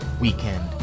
weekend